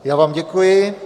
Já vám děkuji.